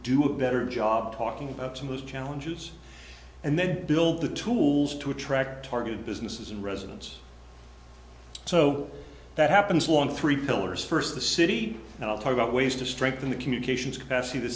do a better job talking about some of those challenges and then build the tools to attract targeted businesses and residents so that happens one three pillars first the city and i'll talk about ways to strengthen the communications capacity the